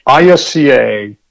ISCA